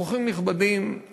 אורחים נכבדים,